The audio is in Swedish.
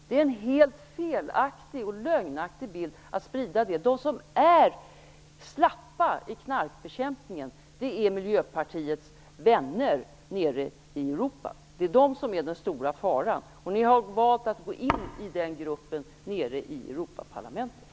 Det är en helt felaktig - och lögnaktig - bild som sprids. De som är slappa i knarkbekämpningen är Miljöpartiets vänner nere i Europa. Det är de som är den stora faran, och ni har valt att gå in i deras grupp nere i Europaparlamentet.